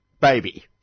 baby